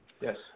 Yes